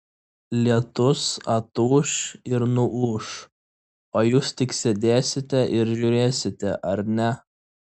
lietus atūš ir nuūš o jūs tik sėdėsite ir žiūrėsite ar ne